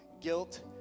guilt